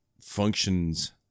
functions